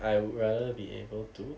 I would rather be able to